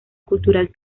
cultural